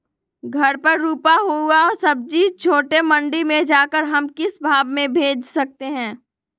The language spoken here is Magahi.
घर पर रूपा हुआ सब्जी छोटे मंडी में जाकर हम किस भाव में भेज सकते हैं?